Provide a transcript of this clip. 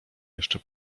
jeszcze